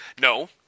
No